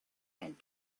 and